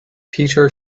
peter